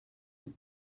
with